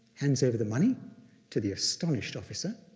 hands over the money to the astonished officer,